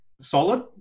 solid